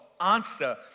answer